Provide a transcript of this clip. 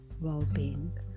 well-being